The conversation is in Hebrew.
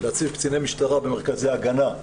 להציב קציני משטרה במרכזי הגנה,